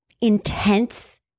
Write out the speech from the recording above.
intense